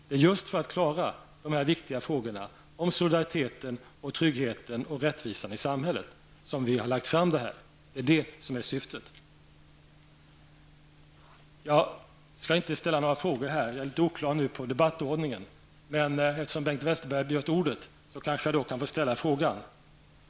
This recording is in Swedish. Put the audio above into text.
Det är just för att klara dessa viktiga frågor om solidariteten, tryggheten och rättvisan i samhället som vi har lagt fram detta. Det är det som är syftet. Jag hade inte tänkt ställa några frågor, eftersom jag inte är helt klar över debattordningen. Men eftersom Bengt Westerberg har begärt ordet skall jag ställa en fråga.